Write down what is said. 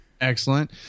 Excellent